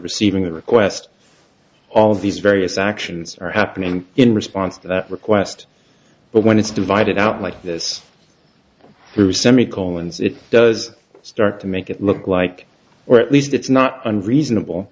receiving the request all of these various actions are happening in response to that request but when it's divided out like this through semi colons it does start to make it look like or at least it's not unreasonable